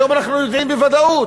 היום אנחנו יודעים בוודאות,